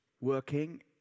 working